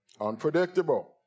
unpredictable